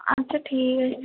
আচ্ছা ঠিক আছে